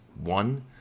One